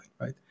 right